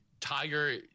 tiger